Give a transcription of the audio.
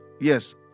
yes